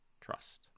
trust